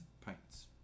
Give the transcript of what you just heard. pints